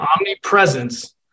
omnipresence